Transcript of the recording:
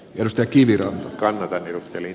jos teki viron kannalta jutteli